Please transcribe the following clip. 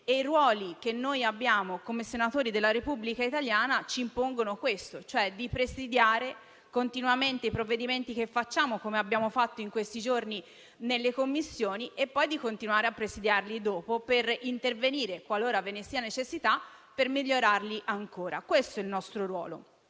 Il ruolo che noi abbiamo, come senatori della Repubblica italiana, ci impone, appunto, di presidiare continuamente i provvedimenti che presentiamo - come abbiamo fatto in questi giorni nelle Commissioni - e di continuare a presidiarli in seguito, per intervenire, qualora ve ne sia necessità, per migliorarli ancora. Questo è il nostro ruolo.